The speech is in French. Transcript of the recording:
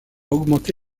augmenté